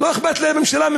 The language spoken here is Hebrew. לממשלה לא אכפת מהם.